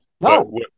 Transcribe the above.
no